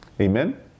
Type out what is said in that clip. amen